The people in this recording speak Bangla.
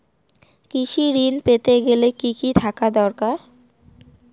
কৃষিঋণ পেতে গেলে কি কি থাকা দরকার?